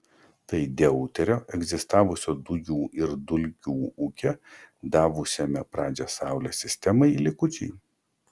tai deuterio egzistavusio dujų ir dulkių ūke davusiame pradžią saulės sistemai likučiai